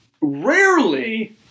rarely